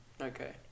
Okay